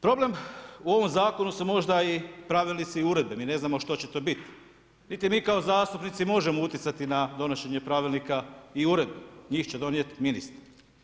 Problem u ovom zakonu su možda i pravilnici i uredbe, mi ne znamo što će to biti, niti mi kao zastupnici možemo utjecati na donošenje pravilnika i uredbi, njih će donijeti ministri.